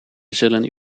zullen